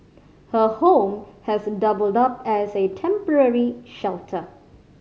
her home has doubled up as a temporary shelter